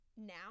now